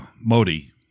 modi